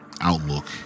Outlook